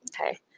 Okay